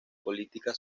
política